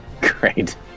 Great